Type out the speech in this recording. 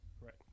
Right